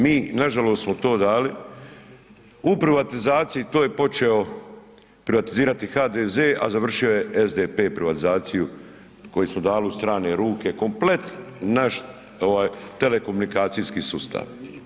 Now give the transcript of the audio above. Mi, nažalost smo to dali, u privatizaciji, to je počeo privatizirati HDZ, a završio je SDP privatizaciju koju smo dali u strane ruke, komplet naš telekomunikacijski sustav.